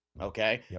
okay